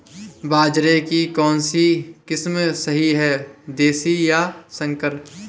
बाजरे की कौनसी किस्म सही हैं देशी या संकर?